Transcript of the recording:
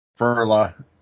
Furla